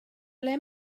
ble